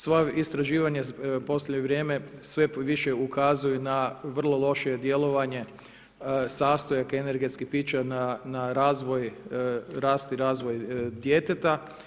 Sva istraživanja u posljednje vrijeme sve više ukazuju na vrlo loše djelovanje sastojaka energetskih pića na razvoj rast djeteta.